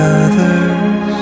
others